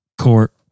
court